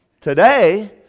today